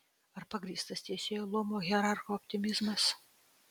ar pagrįstas teisėjų luomo hierarcho optimizmas